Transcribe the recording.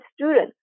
student